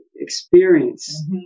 experience